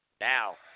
Now